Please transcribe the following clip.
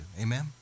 Amen